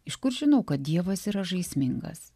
iš kur žinau kad dievas yra žaismingas